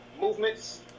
movements